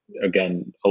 again